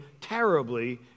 terribly